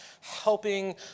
helping